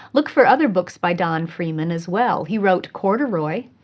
look for other books by don freeman, as well. he wrote corduroy,